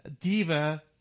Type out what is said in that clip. Diva